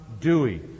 Dewey